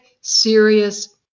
serious